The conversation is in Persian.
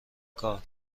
کار